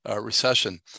recession